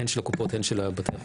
הן של הקופות והן של בתי החולים,